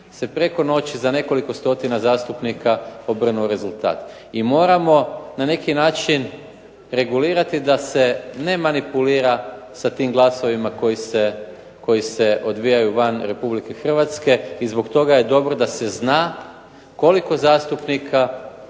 se preko noći za nekoliko stotina zastupnika obrnuo rezultat. I moramo na neki način regulirat da se ne manipulira sa tim glasovima koji se odvijaju van Republike Hrvatske i zbog toga je dobro da se zna koliko zastupnika